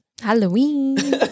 Halloween